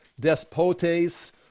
despotes